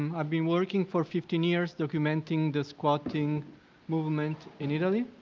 i've been working for fifteen years documenting the squatting movement in italy.